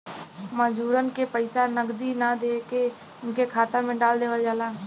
मजूरन के पइसा नगदी ना देके उनके खाता में डाल देवल जाला